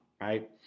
right